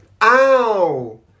Ow